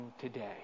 today